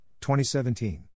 2017